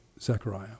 Zechariah